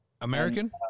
American